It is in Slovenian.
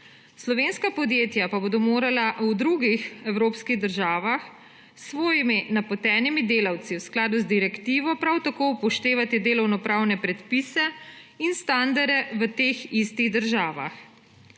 Slovenska podjetja pa bodo morala v drugih evropskih državah s svojimi napotenimi delavci v skladu z direktivo prav tako upoštevati delovnopravne predpise in standarde v teh istih državah.